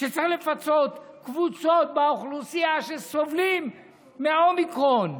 שצריך לפצות קבוצות באוכלוסייה שסובלות מהאומיקרון.